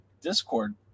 discord